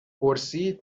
پرسید